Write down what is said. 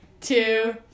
two